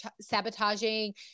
sabotaging